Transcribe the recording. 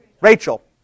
Rachel